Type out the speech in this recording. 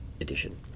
edition